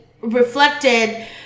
reflected